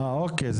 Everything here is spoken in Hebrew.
אוקיי,